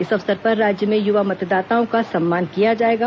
इस अवसर पर राज्य में युवा मतदाताओं का सम्मान किया जाएगा